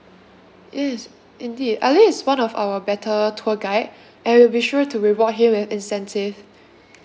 yes indeed ali is one of our better tour guide and we will be sure to reward him with incentive